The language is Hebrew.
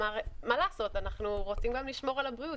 מה לעשות, אנחנו גם רוצים לשמור על הבריאות.